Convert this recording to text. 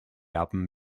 album